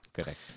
Correct